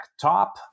top